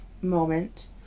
moment